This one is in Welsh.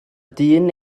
dyn